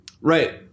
Right